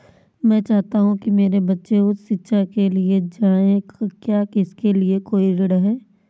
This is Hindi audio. मैं चाहता हूँ कि मेरे बच्चे उच्च शिक्षा के लिए जाएं क्या इसके लिए कोई ऋण है?